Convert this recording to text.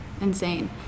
insane